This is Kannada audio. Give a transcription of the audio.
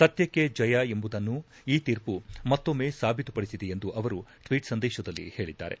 ಸತ್ತಕ್ಕೆ ಜಯ ಎಂಬುದನ್ನು ಈ ತೀರ್ಮ ಮತ್ತೊಮ್ಮೆ ಸಾಬೀತುಪಡಿಸಿದೆ ಎಂದು ಅವರು ಟ್ವೀಟ್ ಸಂದೇಶದಲ್ಲಿ ಹೇಳಿದ್ದಾರೆ